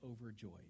overjoyed